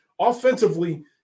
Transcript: offensively